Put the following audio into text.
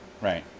Right